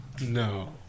No